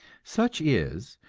such is,